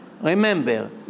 Remember